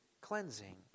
cleansing